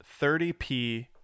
30P